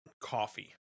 coffee